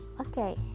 Okay